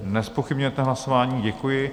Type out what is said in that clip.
Nezpochybňujete hlasování, děkuji.